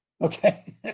Okay